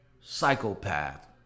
psychopath